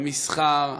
המסחר,